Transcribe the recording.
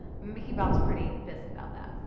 mickey bob's pretty pissed about that.